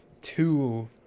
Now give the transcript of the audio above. two